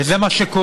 וזה מה שקורה.